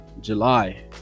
July